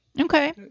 Okay